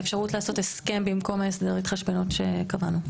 האפשרות לעשות הסכם במקום הסדר ההתחשבנות שקבענו.